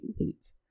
wait